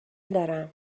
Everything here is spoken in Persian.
دارم